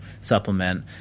supplement